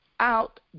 Out